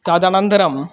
तदनन्तरम्